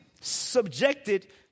subjected